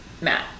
Matt